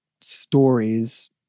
stories